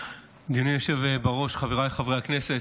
אדוני היושב בראש, חבריי חברי הכנסת,